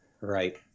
Right